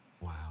Wow